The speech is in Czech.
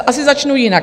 Asi začnu jinak.